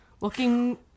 looking